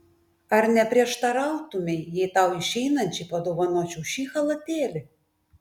ar neprieštarautumei jei tau išeinančiai padovanočiau šį chalatėlį